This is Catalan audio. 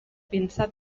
pinsà